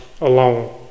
alone